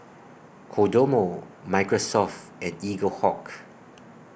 Kodomo Microsoft and Eaglehawk